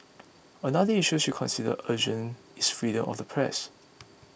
another issue she considers urgent is freedom of the press